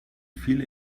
viele